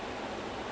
ya